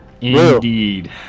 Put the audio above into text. Indeed